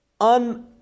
un